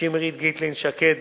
שמרית גיטלין-שקד,